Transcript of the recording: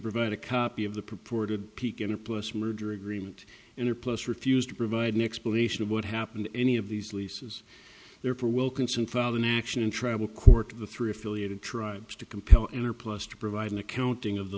provide a copy of the purported peak in a plus merger agreement in there plus refused to provide an explanation of what happened in any of these leases therefore wilkinson fall in action in tribal court the three affiliated tribes to compel enter plus to provide an accounting of the